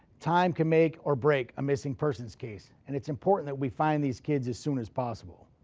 time can make or break a missing persons case and it's important that we find these kids as soon as possible.